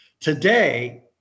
Today